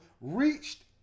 reached